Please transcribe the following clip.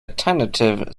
tentative